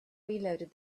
reloaded